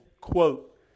quote